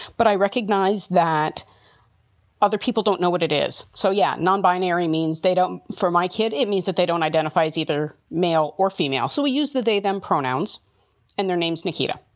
but i recognize that other people don't know what it is. so, yeah. non binary means they don't. for my kid, it means that they don't identify as either male or female. so we use the day them pronouns and their names. nikita.